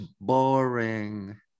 boring